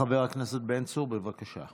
חבר הכנסת בן צור, בבקשה,